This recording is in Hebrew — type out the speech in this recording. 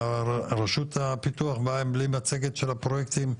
רשות הפיתוח באה בלי מצגת של הפרויקטים,